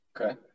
Okay